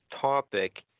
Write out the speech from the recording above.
topic